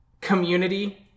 community